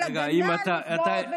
של הגנה על נפגעות ונפגעים,